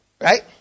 right